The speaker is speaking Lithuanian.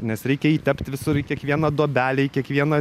nes reikia jį tept visur į kiekvieną duobelę į kiekvieną